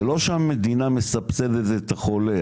זה לא שהמדינה מסבסדת את החולה,